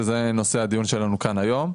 שזה נושא הדיון שלנו כאן היום.